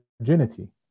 virginity